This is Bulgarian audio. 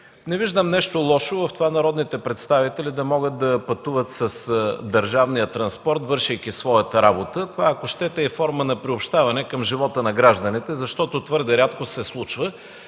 Не виждам нещо лошо народните представители да могат да пътуват с държавния транспорт, вършейки своята работа – ако щете това е и форма на приобщаване към живота на гражданите, защото твърде рядко се случва.